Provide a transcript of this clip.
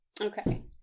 Okay